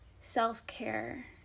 self-care